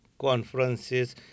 conferences